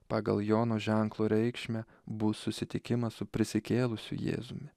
pagal jono ženklo reikšmę bus susitikimas su prisikėlusiu jėzumi